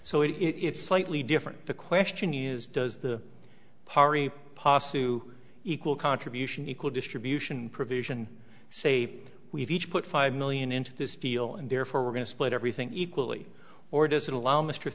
so it is it's slightly different the question is does the pari possible to equal contribution equal distribution provision say we've each put five million into this deal and therefore we're going to split everything equally or does it allow m